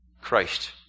Christ